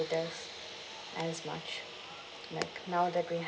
theatres as much like now that we have